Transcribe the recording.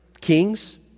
kings